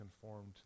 conformed